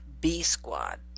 B-Squad